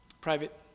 private